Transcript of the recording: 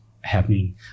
happening